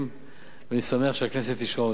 ואני שמח שהכנסת אישרה אותם.